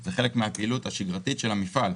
זה חלק מהפעילות השגרתית של המפעל.